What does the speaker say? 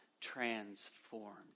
transformed